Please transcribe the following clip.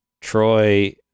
troy